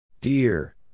Dear